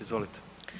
Izvolite.